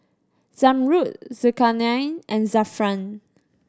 Zamrud Zulkarnain and Zafran